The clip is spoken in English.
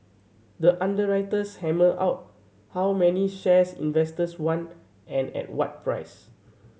the underwriters hammer out how many shares investors want and at what price